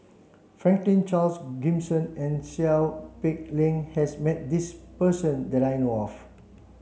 Franklin Charles Gimson and Seow Peck Leng has met this person that I know of